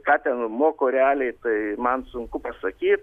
ką ten moko realiai tai man sunku pasakyt